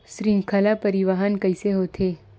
श्रृंखला परिवाहन कइसे होथे?